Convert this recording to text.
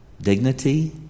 dignity